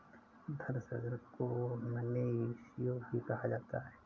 धन सृजन को मनी इश्यू भी कहा जाता है